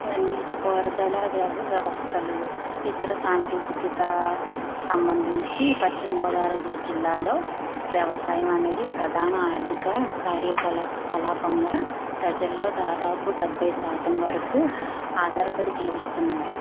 నీటి పారుదల వ్యవ వ్యవస్థలు ఇతర సాంకేతిక సంబంధించి పశ్చిమగోదావరి జిల్లాలో వ్యవసాయం అనేది ప్రధాన ఆర్థిక కార్యపల కలాపంగా ప్రజల్లో దాదాపు డెబ్బై శాతం వరకు ఆధారపడి జీవిస్తున్నారు